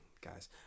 Guys